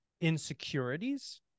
insecurities